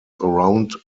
around